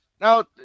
Now